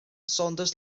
saunders